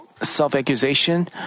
self-accusation